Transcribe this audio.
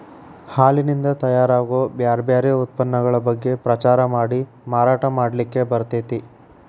ಹಾಲಿನಿಂದ ತಯಾರ್ ಆಗೋ ಬ್ಯಾರ್ ಬ್ಯಾರೆ ಉತ್ಪನ್ನಗಳ ಬಗ್ಗೆ ಪ್ರಚಾರ ಮಾಡಿ ಮಾರಾಟ ಮಾಡ್ಲಿಕ್ಕೆ ಬರ್ತೇತಿ